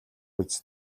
биз